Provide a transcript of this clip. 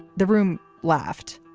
the room laughed,